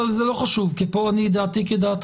אבל זה לא חשוב כי פה דעתי כדעתך.